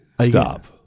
Stop